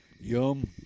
Yum